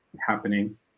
happening